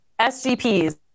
SGPs